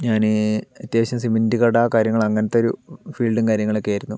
ഞാന് അത്യാവശ്യം സിമന്റ് കട കാര്യങ്ങള് അങ്ങനത്തൊരു ഫീൽഡും കാര്യങ്ങളൊക്കെ ആയിരുന്നു